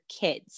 kids